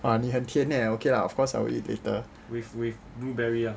!wah! 你很甜 leh okay ah of course I will eat later